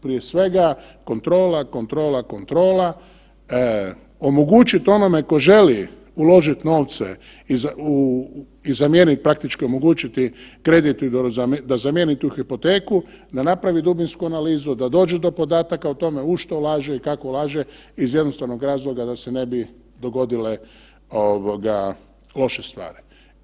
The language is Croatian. Prije svega kontrola, kontrola, kontrola, omogućiti onome tko želi uložit novce i zamijeniti praktički omogućiti kredit da zamijeni tu hipoteku da napravi dubinsku analizu, da dođu do podataka o tome u što ulaže i kako ulaže iz jednostavnog razloga da se ne bi dogodile ovoga loše stvari.